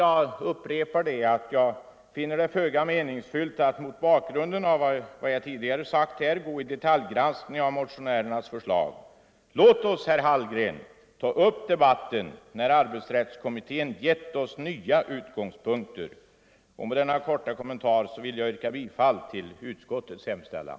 Jag upprepar att jag finner det föga meningsfullt att mot bakgrund av vad jag tidigare sagt gå i detaljgranskning av motionärernas förslag. Låt oss, herr Hallgren, ta upp debatten när arbetsrättskommittén givit oss nya utgångspunkter. Med denna korta kommentar vill jag yrka bifall till utskottets hemställan.